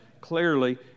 clearly